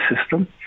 system